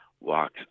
walks